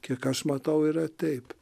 kiek aš matau yra taip